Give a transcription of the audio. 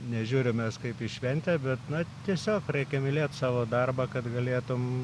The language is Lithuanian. nežiūrim mes kaip į šventę bet na tiesiog reikia mylėt savo darbą kad galėtum